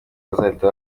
bazahita